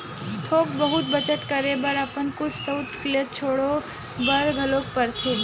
थोक बहुत बचत करे बर अपन कुछ सउख ल छोड़े बर घलोक परथे